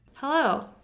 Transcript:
Hello